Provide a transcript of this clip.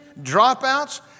dropouts